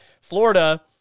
Florida